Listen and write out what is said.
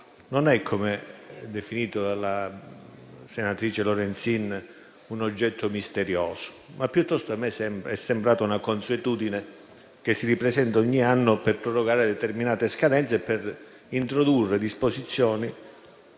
non è, come detto dalla senatrice Lorenzin, un oggetto misterioso; piuttosto a me sembra una consuetudine che si ripresenta ogni anno per prorogare determinate scadenze e per introdurre disposizioni